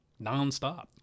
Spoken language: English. nonstop